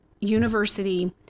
University